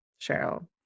cheryl